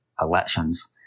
elections